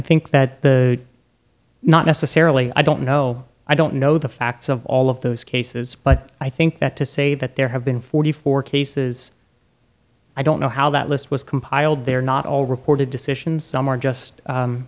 think that not necessarily i don't know i don't know the facts of all of those cases but i think that to say that there have been forty four cases i don't know how that list was compiled they're not all reported decisions some are just